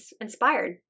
inspired